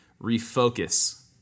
Refocus